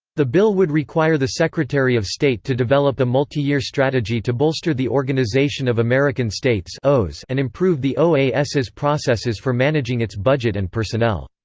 the bill would require the secretary of state to develop a multiyear strategy to bolster the organization of american states and improve the oas's processes for managing its budget and personnel.